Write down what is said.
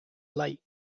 lake